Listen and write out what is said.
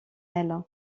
aile